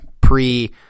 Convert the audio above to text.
pre-